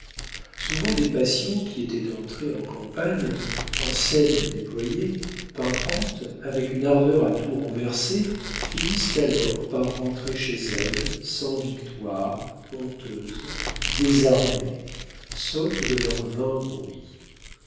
souvent des passions qui étaient entrées en campagne enseignes déployées pimpantes avec une ardeur à tout renverser finissent alors par rentrer chez elles sans victoire honteuses désarmées sottes de leur vain bruit